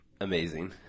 amazing